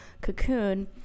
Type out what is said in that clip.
cocoon